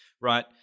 right